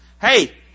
Hey